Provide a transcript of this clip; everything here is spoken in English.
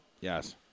Yes